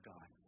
God